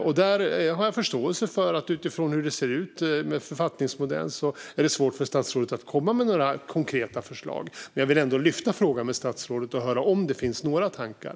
Utifrån hur förvaltningsmodellen ser ut har jag förståelse för att det är svårt för statsrådet att komma med några konkreta förslag, men jag vill ändå lyfta frågan och höra om statsrådet har några tankar.